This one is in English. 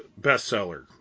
bestseller